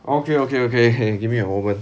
okay okay okay can give me a moment